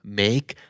make